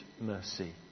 mercy